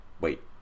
Wait